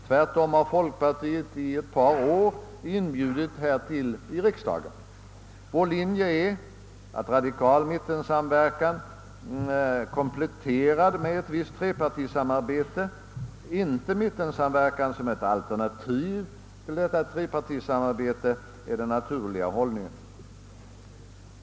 Tvärtom har folkpartiet i ett par år inbjudit härtill i riksdagen. Vår linje är att radikal mittensamverkan kompletterad med ett visst trepartisamarbete — inte mittensamverkan som ett alternativ till trepartisamarbete — är den naturliga hållningen.